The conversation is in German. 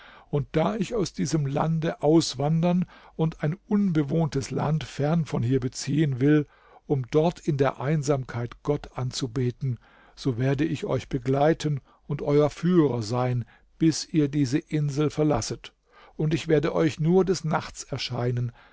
und da ich aus diesem lande auswandern und ein unbewohntes land fern von hier beziehen will um dort in der einsamkeit gott anzubeten so werde ich euch begleiten und euer führer sein bis ihr diese insel verlasset und ich werde euch nur des nachts erscheinen